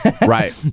right